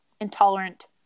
intolerant